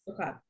okay